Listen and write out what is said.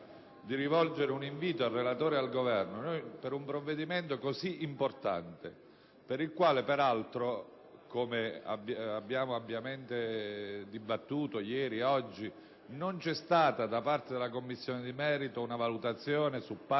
di rivolgere un invito al relatore e al rappresentante del Governo. Per un provvedimento così importante, per il quale, peraltro, come abbiamo ampiamente dibattuto ieri e oggi, non c'è stata da parte della Commissione di merito una valutazione su parti